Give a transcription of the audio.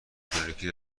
الکترونیکی